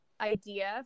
idea